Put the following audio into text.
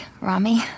Rami